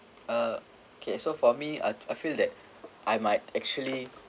uh okay so for me I th~ I feel that I might actually